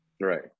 Right